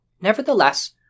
Nevertheless